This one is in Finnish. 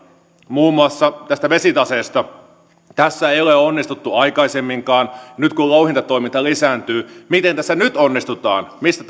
muun muassa tästä vesitaseesta tässä ei ole onnistuttu aikaisemminkaan nyt kun louhintatoiminta lisääntyy miten tässä nyt nyt onnistutaan mistä